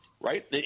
Right